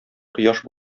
кояш